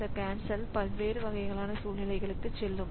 இந்த கேன்சல் பல்வேறு வகையான சூழ்நிலைகளுக்கு செல்லும்